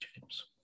James